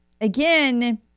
Again